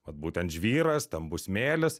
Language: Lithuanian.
vat būtent žvyras stambus smėlis